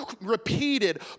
repeated